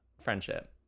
friendship